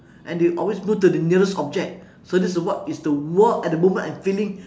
and they always go to the nearest object so this is what it is the what at the moment I'm feeling